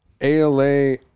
ALA